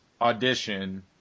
Audition